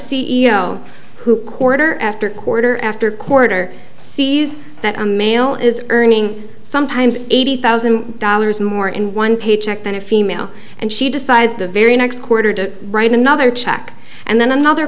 o who quarter after quarter after quarter sees that a male is earning sometimes eighty thousand dollars more in one paycheck than a female and she decides the very next quarter to write another check and then another